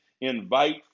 invite